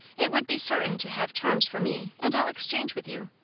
it would be certain to have charms for me and i'll exchange with you.